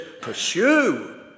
pursue